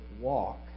walk